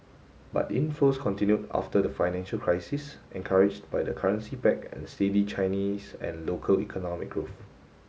but inflows continued after the financial crisis encouraged by the currency peg and steady Chinese and local economic growth